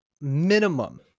minimum